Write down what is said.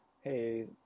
hey